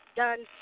done